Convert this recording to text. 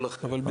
בזהירות.